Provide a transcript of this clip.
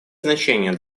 значение